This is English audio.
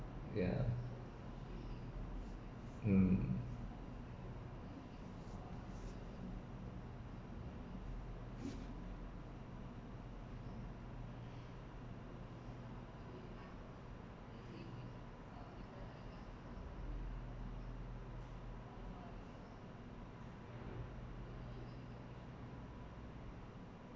ya um